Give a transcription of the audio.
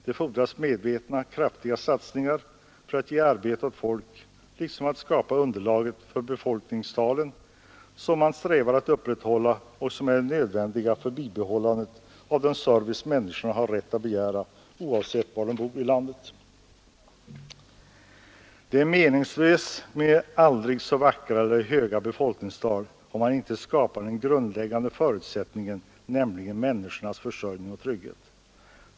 Det fordras medvetna kraftiga satsningar för att ge arbete åt folk liksom för att skapa underlaget för befolkningstalen som man strävar att upprätthålla och som är nödvändiga för bibehållandet av den service människorna har rätt att begära oavsett var de bor i landet. Det är meningslöst med aldrig så vackra eller höga befolkningstal om man inte skapar den grundläggande förutsättningen, nämligen människornas försörjning och trygghet.